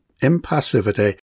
impassivity